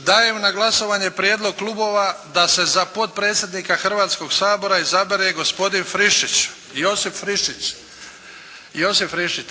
Dajem na glasovanje prijedlog klubova da se za potpredsjednika Hrvatskoga sabora izabere gospodi Josip Friščić.